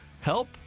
help